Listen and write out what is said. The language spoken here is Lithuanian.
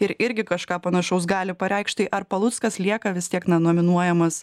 ir irgi kažką panašaus gali pareikšti ar paluckas lieka vis tiek na nominuojamas